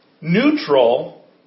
neutral